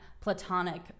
platonic